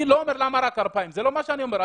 אני לא אומר למה רק 2,000. זה לא מה שאני אומר.